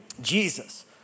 Jesus